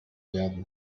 werden